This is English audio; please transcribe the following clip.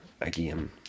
again